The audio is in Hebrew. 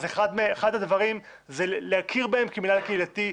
אז אחד הדברים זה להכיר בהם כמינהל קהילתי,